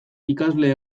ikasle